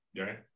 right